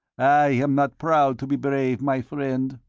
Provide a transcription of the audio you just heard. i am not proud to be brave, my friend.